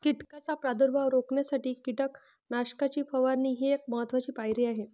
कीटकांचा प्रादुर्भाव रोखण्यासाठी कीटकनाशकांची फवारणी ही एक महत्त्वाची पायरी आहे